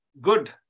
good